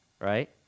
right